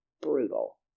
Brutal